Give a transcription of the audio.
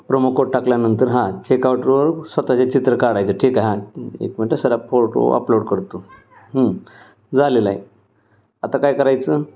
promo code टाकल्यानंतर हां चेकआउटवर स्वतःचे चित्र काढायचं ठीक आहे हां एक मिनटं सर हा फोटो अपलोड करतो झालेला आहे आता काय करायचं